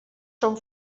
són